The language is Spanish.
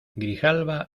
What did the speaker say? grijalba